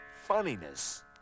Funniness